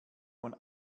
von